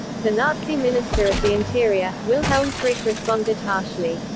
the nazi minister of the interior, wilhelm frick responded harshly.